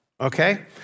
okay